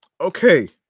okay